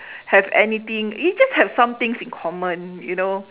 have anything we just have some things in common you know